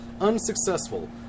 unsuccessful